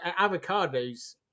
avocados